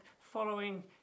following